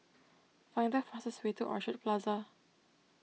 find the fastest way to Orchard Plaza